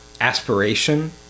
aspiration